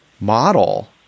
model